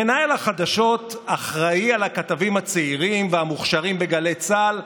מנהל החדשות אחראי על הכתבים הצעירים והמוכשרים בגלי צה"ל,